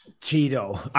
Tito